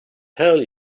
tell